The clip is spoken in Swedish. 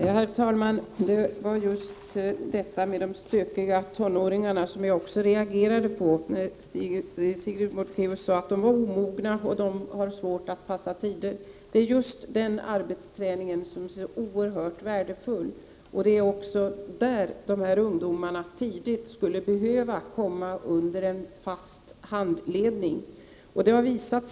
Herr talman! Det var just det som sades om de stökiga tonåringarna som jag reagerade på. Sigrid Bolkéus sade att de är omogna och att de har svårt att passa tider. Det är just den arbetsträningen som är oerhört värdefull. Därför skulle dessa ungdomar tidigt behöva komma under en fast handledning.